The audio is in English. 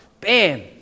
Bam